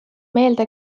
meelde